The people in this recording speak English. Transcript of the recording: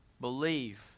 believe